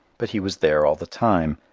but he was there all the time.